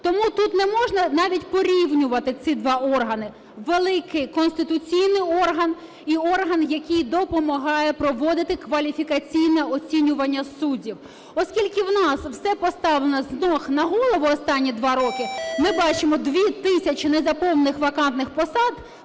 Тому тут неможна навіть порівнювати ці два органи. Великий конституційний орган і орган, який допомагає проводити кваліфікаційне оцінювання суддів. Оскільки у нас все поставлено з ніг на голову останні 2 роки, ми бачимо 2 тисячі незаповнених вакантних посад